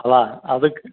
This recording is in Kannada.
ಅಲ್ಲ ಅದಕ್ಕೆ